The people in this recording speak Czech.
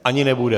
Ani nebude.